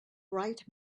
bright